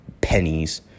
pennies